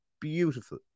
beautiful